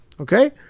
Okay